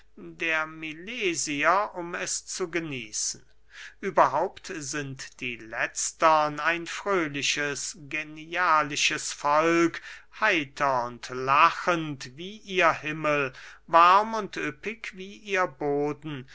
der milesier um es zu genießen überhaupt sind die letztern ein fröhliches genialisches volk heiter und lachend wie ihr himmel warm und üppig wie ihr boden